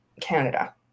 Canada